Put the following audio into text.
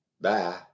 Bye